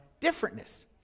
differentness